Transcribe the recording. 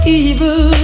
evil